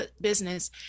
business